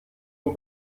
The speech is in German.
nur